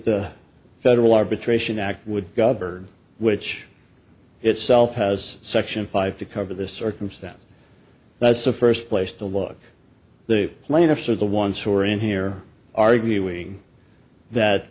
the federal arbitration act would govern which itself has section five to cover this circumstance that's the first place to look the plaintiffs are the ones who are in here arguing